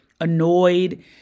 annoyed